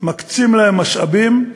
מקצים להם משאבים,